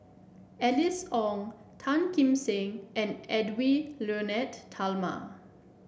Alice Ong Tan Kim Seng and Edwy Lyonet Talma